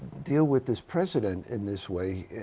deal with this president in this way,